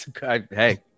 hey